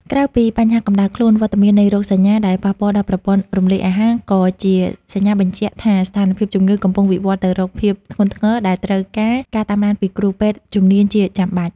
ក្រៅពីបញ្ហាកម្ដៅខ្លួន វត្តមាននៃរោគសញ្ញាដែលប៉ះពាល់ដល់ប្រព័ន្ធរំលាយអាហារ ក៏ជាសញ្ញាបញ្ជាក់ថាស្ថានភាពជំងឺកំពុងវិវត្តទៅរកភាពធ្ងន់ធ្ងរដែលត្រូវការការតាមដានពីគ្រូពេទ្យជំនាញជាចាំបាច់។